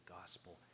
gospel